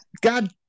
god